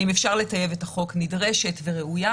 העצירה הזאת נדרשת וראויה.